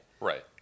Right